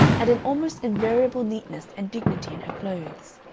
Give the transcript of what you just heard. and an almost invariable neatness and dignity in her clothes.